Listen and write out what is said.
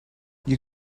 you